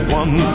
one